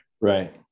right